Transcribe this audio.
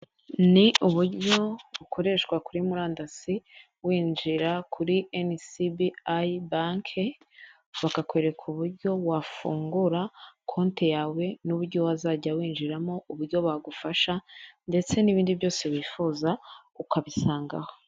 Ni uburyo ukoreshwa kuri murandasi, winjira kuri enisibi ayi banke, bakakwereka uburyo wafungura konti yawe n'uburyo wazajya winjiramo, uburyo bagufasha, ndetse n'ibindi byose wifuza ukabisangaho.